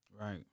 right